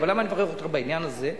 אבל למה אני מברך אותך בעניין הזה?